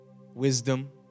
wisdom